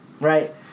right